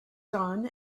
dawn